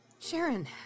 Sharon